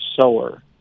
sower